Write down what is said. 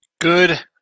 Good